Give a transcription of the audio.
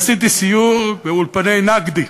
עשיתי סיור באולפני "נקדי",